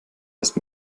erst